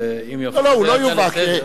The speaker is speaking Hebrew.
לא, הוא לא יובא.